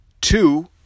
Two